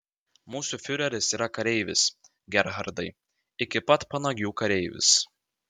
mūsų fiureris yra kareivis gerhardai iki pat panagių kareivis